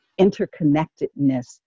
interconnectedness